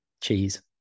Cheese